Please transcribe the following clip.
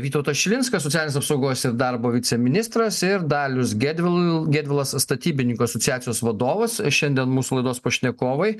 vytautas šilinskas socialinės apsaugos ir darbo viceministras ir dalius gedvil gedvilas statybininkų asociacijos vadovas šiandien mūsų laidos pašnekovai